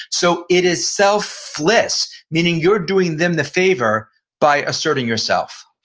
so it is selfless, meaning you're doing them the favor by asserting yourself.